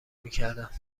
میکردند